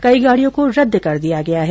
कई गाड़ियों को रद्द कर दिया गया है